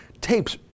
tapes